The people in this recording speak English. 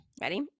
ready